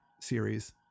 series